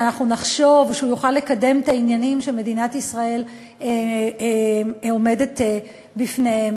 שאנחנו נחשוב שהוא יוכל לקדם את העניינים שמדינת ישראל עומדת בפניהם?